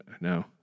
No